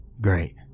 great